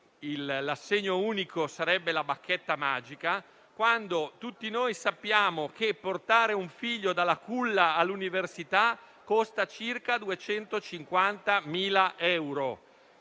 l'assegno unico sarebbe la bacchetta magica, quando tutti noi sappiamo che portare un figlio dalla culla all'università costa circa 250.000 euro;